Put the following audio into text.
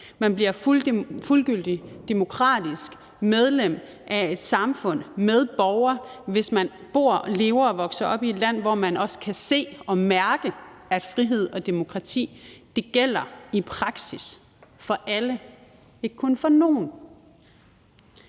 Man bliver fuldgyldigt, demokratisk medlem af et samfund, medborger, hvis man bor, lever og vokser op i et land, hvor man også kan se og mærke, at frihed og demokrati gælder i praksis for alle, ikke kun for nogle.